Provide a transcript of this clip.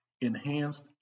enhanced